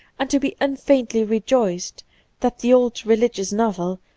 and to be unfeignedly rejoiced that the old religious novel,